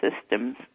systems